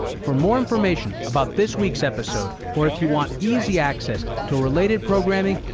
for more information about this week's episode, or if you want easy access to related programming,